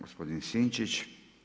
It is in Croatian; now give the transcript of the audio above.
Gospodin Sinčić.